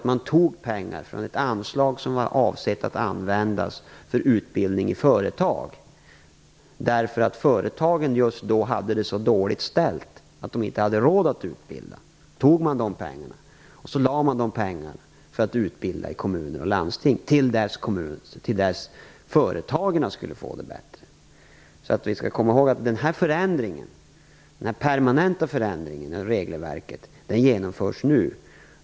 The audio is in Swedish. Man tog pengar från ett anslag som var avsett att användas för utbildning i företag, eftersom företagen just då hade det så dåligt ställt att de inte hade råd att utbilda. Då tog man de pengarna och använde dem till att utbilda i kommuner och landsting till dess företagen skulle få det bättre. Vi skall komma ihåg att den permanenta förändringen av regelverket genomförs nu.